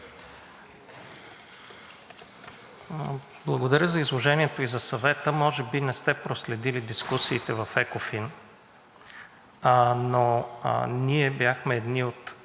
Благодаря за изложението и за съвета. Може би не сте проследили дискусиите в ЕКОФИН, но ние бяхме една от